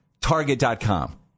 Target.com